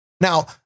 Now